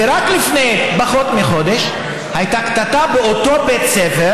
ורק לפני פחות מחודש הייתה קטטה באותו בית ספר,